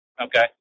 Okay